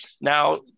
Now